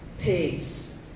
peace